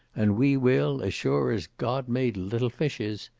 and we will, as sure as god made little fishes.